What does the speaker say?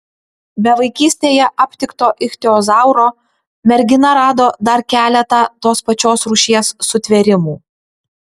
be vaikystėje aptikto ichtiozauro mergina rado dar keletą tos pačios rūšies sutvėrimų